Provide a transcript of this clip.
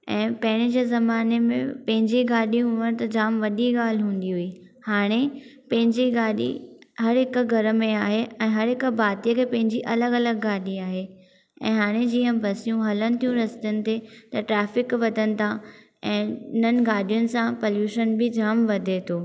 ऐं पहिरें जे ज़माने मे पंहिंजी गाॾी हुअण त जाम वॾी ॻाल्हि हूंदी हुई हाणे पंहिंजी गाॾी हर हिकु घर में आहे ऐं हर हिकु भारतीय खे पंहिंजी अलॻि अलॻि गाॾी आहे ऐं हाणे जीअं बसियूं हलनि थियूं रस्तनि ते त ट्रैफिक वधनि था ऐं इन्हनि गाॾियूं सां पल्यूशन बि जाम वधे थो